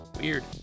Weird